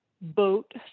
boat